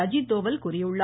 அஜித் தோவல் கூறியுள்ளார்